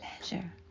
pleasure